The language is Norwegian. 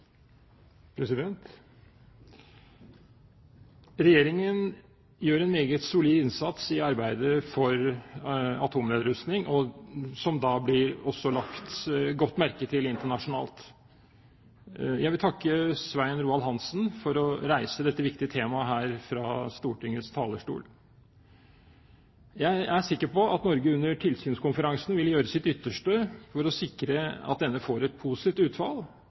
Regjeringen gjør en meget solid innsats i arbeidet for atomnedrustning, som også blir lagt godt merke til internasjonalt. Jeg vil takke Svein Roald Hansen for å reise dette viktige temaet her fra Stortingets talerstol. Jeg er sikker på at Norge under tilsynskonferansen vil gjøre sitt ytterste for å sikre at konferansen får et positivt utfall